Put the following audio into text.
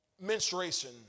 menstruation